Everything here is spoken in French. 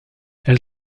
elle